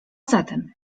zatem